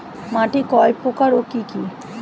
মাটি কয় প্রকার ও কি কি?